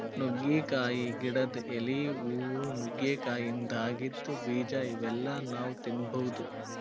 ನುಗ್ಗಿಕಾಯಿ ಗಿಡದ್ ಎಲಿ, ಹೂವಾ, ನುಗ್ಗಿಕಾಯಿದಾಗಿಂದ್ ಬೀಜಾ ಇವೆಲ್ಲಾ ನಾವ್ ತಿನ್ಬಹುದ್